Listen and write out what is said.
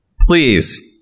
Please